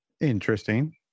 Interesting